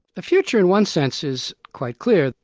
the future in one sense is quite clear.